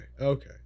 okay